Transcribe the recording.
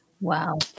Wow